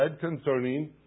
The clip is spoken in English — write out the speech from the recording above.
concerning